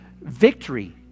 victory